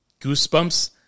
goosebumps